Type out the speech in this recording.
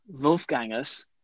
Wolfgangus